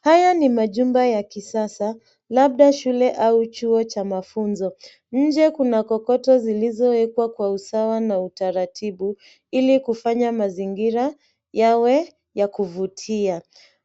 Haya ni majumba ya kisasa, labda shule au chuo cha mafunzo. Inje kuna kokoto zilizo wekwa kwa usawa na utaratibu, ili kufanya mazingira yawe ya kuvutia.